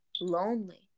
lonely